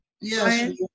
Yes